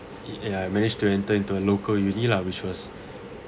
yeah I managed to enter into a local uni lah which was